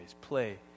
play